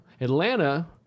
Atlanta